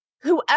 Whoever